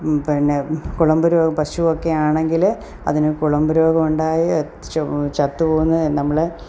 മ് പിന്നെ കുളമ്പ് രോഗ പശുവൊക്കെയാണെങ്കിൽ അതിനു കുളമ്പ് രോഗമുണ്ടായി അതു ച ചത്തുപോകുന്നതു നമ്മൾ